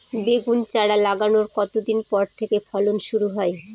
বেগুন চারা লাগানোর কতদিন পর থেকে ফলন শুরু হয়?